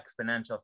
exponential